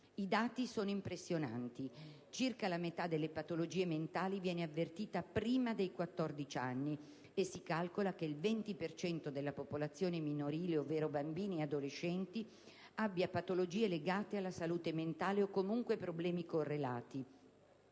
I dati sono impressionanti: circa la metà delle patologie mentali viene avvertita prima dei 14 anni; e si calcola che il 20 per cento della popolazione minorile - ovvero bambini e adolescenti - abbia patologie legate alla salute mentale, o comunque problemi correlati.